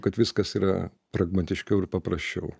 kad viskas yra pragmatiškiau ir paprasčiau